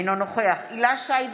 אינו נוכח הילה שי וזאן,